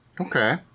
okay